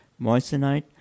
moissanite